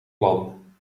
plan